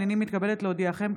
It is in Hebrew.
הינני מתכבדת להודיעכם,